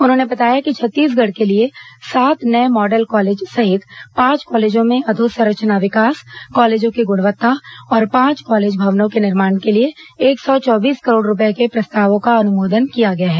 उन्होंने बताया कि छत्तीसगढ के लिए सात नए मॉडल कॉलेज सहित पांच कॉलेजों में अधोसंरचना विकास कॉलेजों की गुणवत्ता और पांच कॉलेज भवनों के निर्माण के लिए एक सौ चौबीस करोड रूपए के प्रस्तावों का अनुमोदन किया गया है